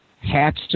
hats